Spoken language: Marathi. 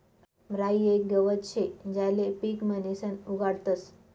राई येक गवत शे ज्याले पीक म्हणीसन उगाडतस